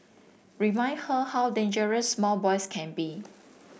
remind her how dangerous small boys can be